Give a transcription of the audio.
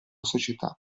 società